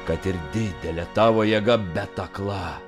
kad ir didelė tavo jėga bet akla